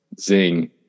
Zing